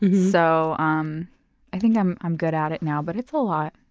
so um i think i'm i'm good at it now, but it's a lot.